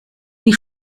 die